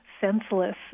senseless